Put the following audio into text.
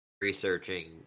researching